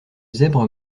zèbre